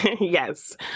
yes